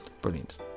Brilliant